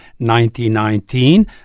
1919